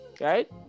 right